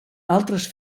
altres